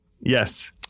Yes